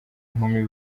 inkumi